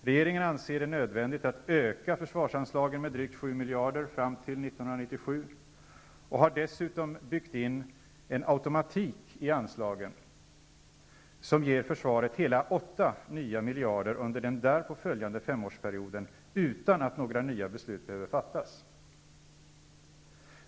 Regeringen anser det nödvändigt att öka försvarsanslagen med drygt 7 miljarder fram till 1997 och har dessutom byggt in en automatik i anslagen som ger försvaret hela 8 nya miljarder under den därpå följande femårsperioden utan att några nya beslut behöver fattas.